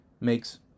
makes